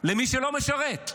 למי שלא משרת.